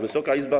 Wysoka Izbo!